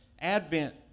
Advent